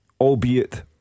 albeit